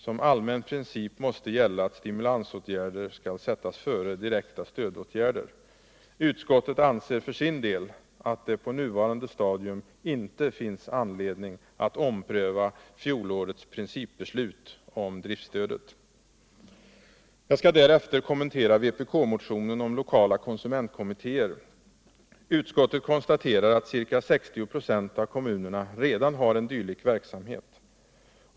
Som allmän princip måste gälla att stimulansåtgärder skall sättas före direkta stödåtgärder. Utskottet anser för sin del att det på nuvarande stadium inte finns anledning att ompröva fjolårets principbeslut om driftstödet. Jag skall därefter kommentera vpk-motionen om lokala konsumentkommittéer. Utskottet konstaterar att ca 60 "5 av kommunerna redan har en dylik verksamhet.